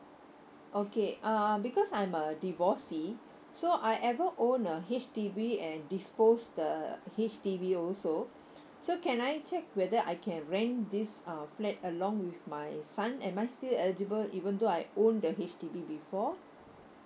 okay uh because I'm a divorcee so I ever own a H_D_B and dispose the H_D_B also so can I check whether I can rent this uh flat along with my son am I still edible even though I own the H_D_B before